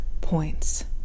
points